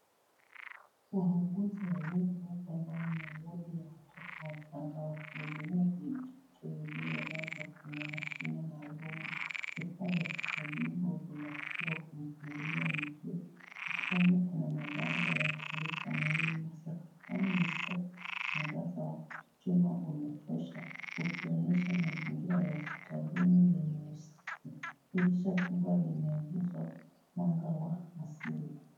Wauguzi wawili wako ndani ya wodi ya watoto wachanga wakihudumia vitoto vilivyolazwa kwenye mashine maalum . Vifaa vya kitabibu vinapangwa kwa mpangilio mzuri . Ukutani kuna mabango ya taarifa muhimu mwangaza wa chuma umetosha ukionyesha mazingira ya hospitalini yenye usafi . Dirisha kubwa limeingiza mwanga wa asili.